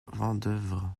vendeuvre